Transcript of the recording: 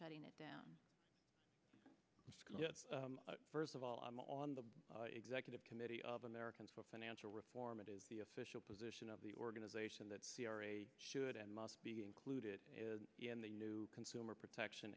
shutting it down first of all i'm on the executive committee of americans for financial reform it is the official position of the organization that should and must be included in the new consumer protection